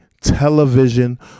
television